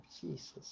Jesus